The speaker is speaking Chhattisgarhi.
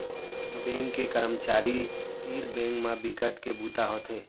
बेंक के करमचारी तीर बेंक म बिकट के बूता होथे